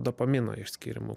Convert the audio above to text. dopamino išskyrimu